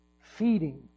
feeding